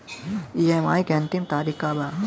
EMI के अंतिम तारीख का बा?